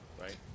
right